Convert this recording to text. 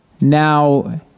Now